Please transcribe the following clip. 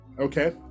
Okay